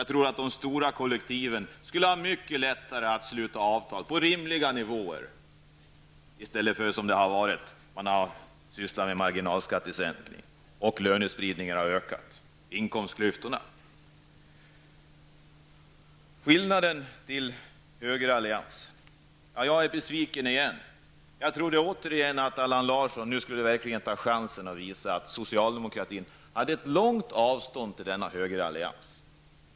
De stora kollektiven skulle ha mycket lättare att sluta avtal som ligger på rimliga nivåer i stället för att syssla med marginalskattesänkningar. Därigenom har lönespridningen och inkomstklyftorna ökat. När det gäller högeralliansen är jag återigen besviken. Jag trodde att Allan Larsson verkligen skulle ta chansen och visa att sociademokratin befinner sig på ett långt avstånd från denna högerallians.